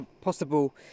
possible